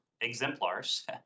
exemplars